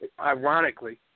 ironically